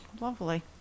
lovely